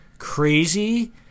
Crazy